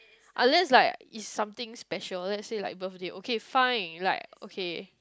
unless like it's something special let's say like birthday okay fine like okay